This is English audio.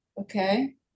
okay